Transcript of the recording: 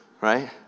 right